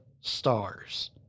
stars